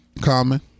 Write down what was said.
Common